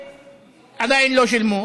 שעדיין לא שילמו?